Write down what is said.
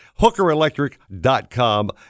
HookerElectric.com